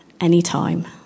anytime